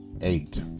eight